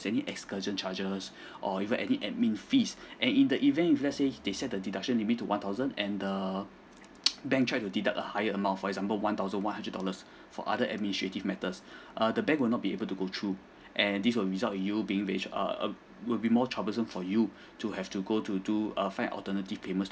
any excursion charges or even any admin fees and in the event if let's say they set the deduction limit to one thousand and the bank try to deduct a higher amount for example one thousand one hundred dollars for other administrative matters err the bank will not be able to go through and this will result you'll be which err will be more troublesome for you to have to go to do err find alternative payment to